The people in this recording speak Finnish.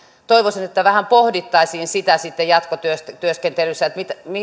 toivoisin että vähän pohdittaisiin sitten jatkotyöskentelyssä